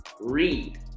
read